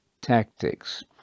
tactics